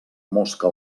mosca